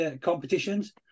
competitions